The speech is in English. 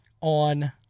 on